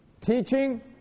teaching